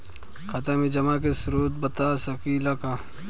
खाता में जमा के स्रोत बता सकी ला का?